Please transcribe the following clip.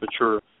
mature